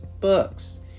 books